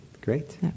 Great